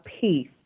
peace